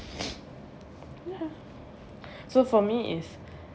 ya so for me is